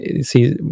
see